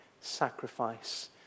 sacrifice